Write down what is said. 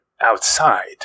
outside